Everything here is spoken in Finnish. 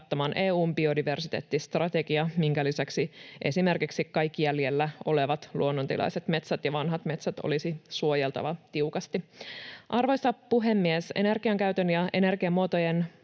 kattamaan EU:n biodiversiteettistrategia, minkä lisäksi esimerkiksi kaikki jäljellä olevat luonnontilaiset metsät ja vanhat metsät olisi suojeltava tiukasti. Arvoisa puhemies! Energiankäytön ja energiamuotojen